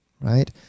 right